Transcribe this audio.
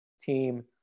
team